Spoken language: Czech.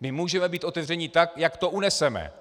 My můžeme být otevřeni tak, jak to uneseme,